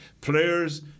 Players